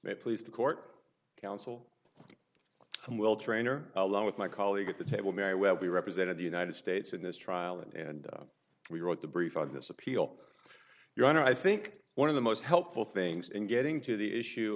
please the court counsel i'm will trainer along with my colleague at the table may well be represented the united states in this trial and we wrote the brief on this appeal your honor i think one of the most helpful things in getting to the issue